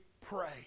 pray